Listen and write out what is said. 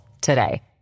today